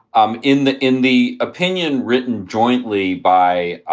um in the in the opinion written jointly by